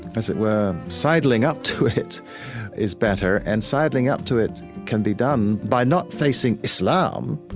as it were, sidling up to it is better and sidling up to it can be done by not facing islam,